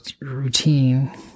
routine